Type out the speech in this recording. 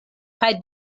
kaj